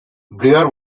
brewer